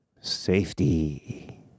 safety